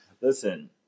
Listen